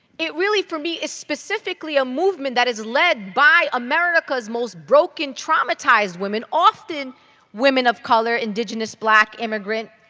it really for me is specifically a movement that is led by america's most broken traumatized women often women of color, indigenous, black, immigrant,